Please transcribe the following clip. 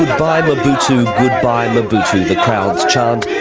goodbye, mobutu. goodbye, mobutu the crowds chant.